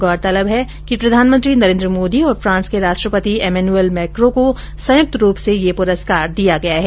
गौरतलब है कि प्रधानमंत्री नरेन्द्र मोदी और फ्रांस के राष्ट्रपति एमैनुअल मैक्रों को संयुक्त रूप से यह पुरस्कार दिया गया है